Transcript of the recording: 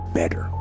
better